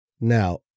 Now